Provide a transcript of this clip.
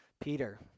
Peter